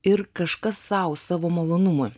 ir kažkas sau savo malonumui